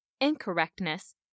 Incorrectness